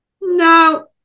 no